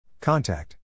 CONTACT